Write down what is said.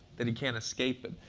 that he can't escape it.